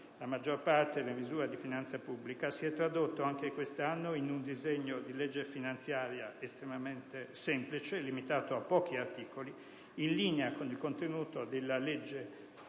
la maggior parte delle misure di finanza pubblica si è tradotto anche quest'anno in un disegno di legge finanziaria estremamente semplice, limitato a pochi articoli, in linea con il contenuto della legge di